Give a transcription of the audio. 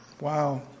Wow